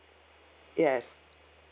yes